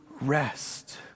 rest